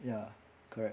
ya correct